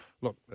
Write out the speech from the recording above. look